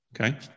Okay